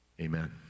Amen